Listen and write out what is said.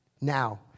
now